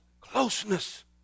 closeness